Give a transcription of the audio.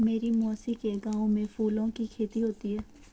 मेरी मौसी के गांव में फूलों की खेती होती है